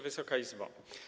Wysoka Izbo!